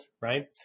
right